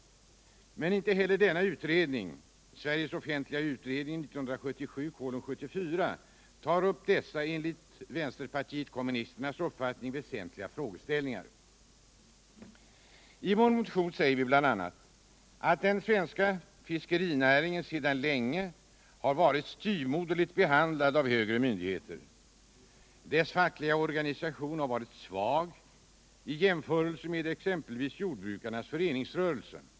Men inte heller denna utredning, SOU 1977:74, tar upp dessa enligt vpk:s uppfattning väsentliga frågeställningar. I vär motion säger vi bl.a. att den svenska fiskerinäringen sedan länge har varit styvmoderligt behandlad av höga myndigheter. Dess fackliga orgunisa tion har varit svag i jämförelse med exempelvis jordbrukarnas föreningsrörelse.